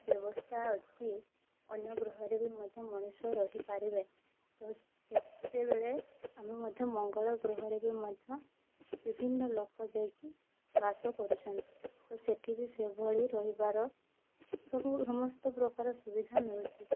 ବ୍ୟବସ୍ଥା ଅଛି ଅନ୍ୟ ଗ୍ରହରେ ବି ମଧ୍ୟ ମଣିଷ ରହିପାରିବେ ତ ସେତେବେଳେ ଆମେ ମଧ୍ୟ ମଙ୍ଗଳ ଗ୍ରହରେ ବି ମଧ୍ୟ ବିଭିନ୍ନ ଲୋକ ଯାଇକି ବାସ କରୁଛନ୍ତି ତ ସେଇଠି ବି ସେଭଳି ରହିବାର ସବୁ ସମସ୍ତ ପ୍ରକାର ସୁବିଧା ମିଳୁଛି